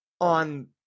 on